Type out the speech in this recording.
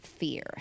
fear